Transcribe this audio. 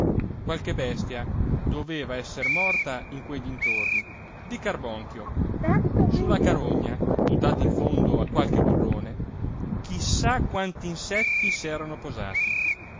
qualche bestia doveva esser morta in quei dintorni di carbonchio su la carogna buttata in fondo a qualche burrone chi sa quanti insetti s'erano posati